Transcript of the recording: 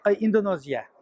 indonesia